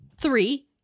three